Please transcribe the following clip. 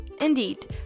indeed